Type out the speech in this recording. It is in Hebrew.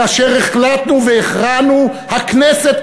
כאשר החלטנו והכרענו: הכנסת,